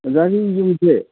ꯑꯣꯖꯥꯒꯤ ꯌꯨꯝꯁꯦ